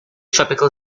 tropical